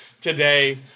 today